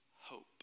hope